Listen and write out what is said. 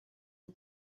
are